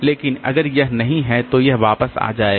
लेकिन अगर यह नहीं है तो यह वापस आ जाएगा